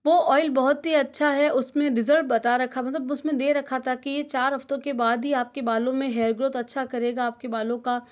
वो ऑइल बहुत ही अच्छा है उसमें रिज़ल्ट बता रखा है मतलब उसमें रखा था कि चार हफ्तों के बाद ही आपके बालों में हेयर ग्रोथ अच्छा करेगा आपके बालों का